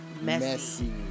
messy